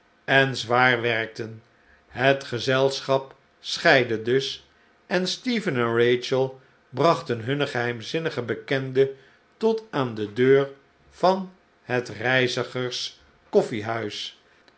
en zwaar werkten het gezelschap scheidde dus en stephen en rachel brachten hunne geheimzihnige bekende tot aan de deur van het reizigers kofflehuis